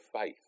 faith